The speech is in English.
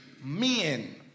men